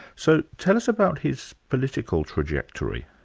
so tell us about his political trajectory.